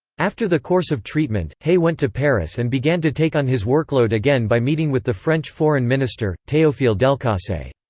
after the course of treatment, hay went to paris and began to take on his workload again by meeting with the french foreign minister, theophile delcasse.